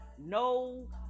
no